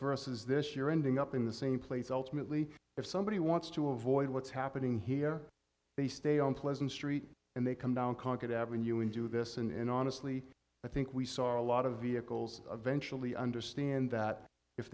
is this year ending up in the same place ultimately if somebody wants to avoid what's happening here they stay on pleasant street and they come down concord avenue and do this and honestly i think we saw a lot of vehicles eventually understand that if